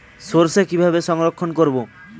সরষে কিভাবে সংরক্ষণ করব?